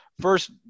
first